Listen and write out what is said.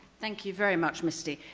thank you very much misty.